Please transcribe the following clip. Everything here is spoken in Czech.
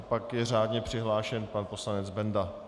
Pak je řádně přihlášen pan poslanec Benda.